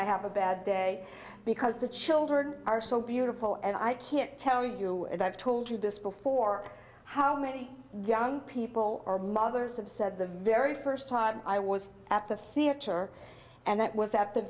i have a bad day because the children are so beautiful and i can't tell you that i've told you this before how many young people are mothers have said the very first time i was at the theater and that was that the